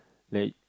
like